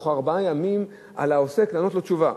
תוך ארבעה ימים על העוסק לענות לו תשובה.